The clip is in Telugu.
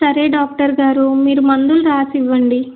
సరే డాక్టర్ గారు మీరు మందులు రాసి ఇవ్వండి